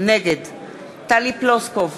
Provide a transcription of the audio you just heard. נגד טלי פלוסקוב,